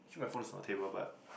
actually my phone is on the table but